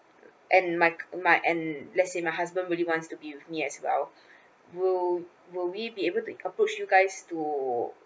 and my my and let's say my husband really want to be with me as well would would we be able to approach you guys to